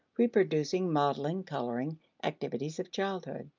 reproducing, modeling, coloring activities of childhood.